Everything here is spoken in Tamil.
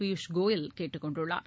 பியூஷ் கோயல் கேட்டுக் கொண்டுள்ளார்